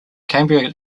cambria